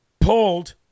pulled